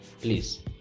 please